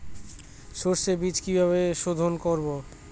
সর্ষে বিজ কিভাবে সোধোন করব?